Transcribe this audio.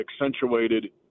accentuated